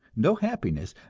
no happiness,